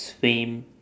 same